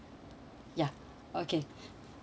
ya okay